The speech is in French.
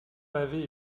pavée